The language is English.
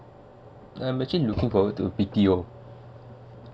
I'm actually looking forward to B_T_O